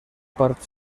part